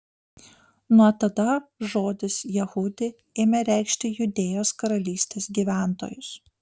nuo tada žodis jehudi ėmė reikšti judėjos karalystės gyventojus